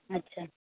अच्छा